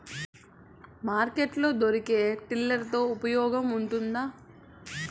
Market లో దొరికే tiller తో ఉపయోగం ఉంటుందా?